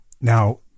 Now